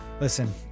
Listen